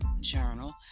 journal